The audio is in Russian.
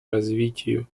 развитию